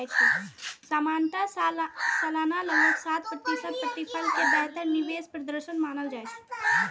सामान्यतः सालाना लगभग सात प्रतिशत प्रतिफल कें बेहतर निवेश प्रदर्शन मानल जाइ छै